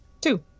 Two